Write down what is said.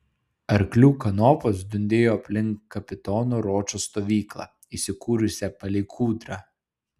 arklių kanopos dundėjo aplink kapitono ročo stovyklą įsikūrusią palei kūdrą